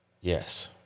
Yes